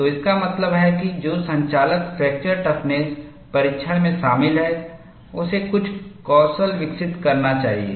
तो इसका मतलब है कि जो संचालक फ्रैक्चर टफनेस परीक्षण में शामिल है उसे कुछ कौशल विकसित करना चाहिए